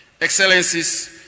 Excellencies